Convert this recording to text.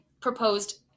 proposed